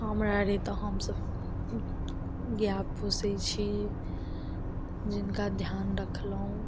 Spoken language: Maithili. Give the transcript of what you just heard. हम आयल रहि तऽ हमसभ गाय पोसै छी जिनका ध्यान रखलहुॅं